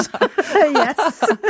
Yes